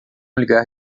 ligar